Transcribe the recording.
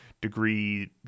degree